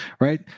right